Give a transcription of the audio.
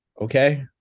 okay